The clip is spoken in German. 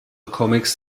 comics